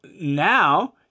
now